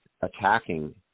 attacking